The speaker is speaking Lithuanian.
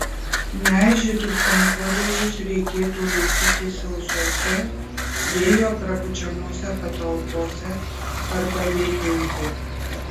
neaižytus kankorėžius reikėtų laikyti sausose vėjo prapučiamose patalpose arba vėdinti